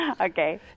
Okay